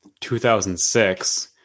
2006